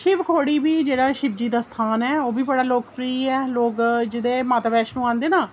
शिवखोड़ी जेह्ड़ा शिवजी दा स्थान ऐ ओह्बी बड़ा लोकप्रिय ऐ लोक जेह्ड़े माता वैष्णो आंदे ना